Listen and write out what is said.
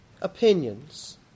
opinions